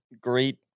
great